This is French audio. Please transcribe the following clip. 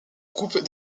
coupes